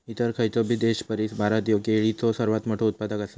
इतर खयचोबी देशापरिस भारत ह्यो केळीचो सर्वात मोठा उत्पादक आसा